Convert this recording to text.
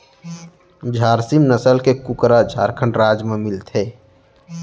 झारसीम नसल के कुकरा झारखंड राज म मिलथे